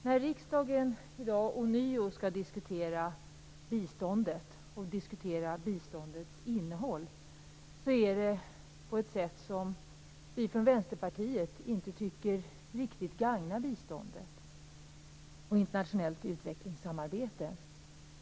Herr talman! När riksdagen i dag ånyo skall diskutera biståndet och biståndets innehåll sker det på ett sätt som vi från Vänsterpartiet inte riktigt tycker gagnar biståndet och internationellt utvecklingssamarbete.